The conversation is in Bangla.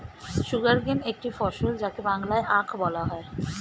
সুগারকেন একটি ফসল যাকে বাংলায় আখ বলা হয়